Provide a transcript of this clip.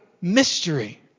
mystery